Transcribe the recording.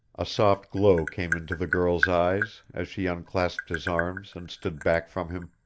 a soft glow came into the girl's eyes as she unclasped his arms and stood back from him.